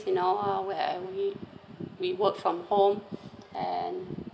you know where we we work from home and